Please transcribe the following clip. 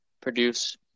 produce